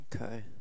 okay